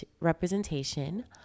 representation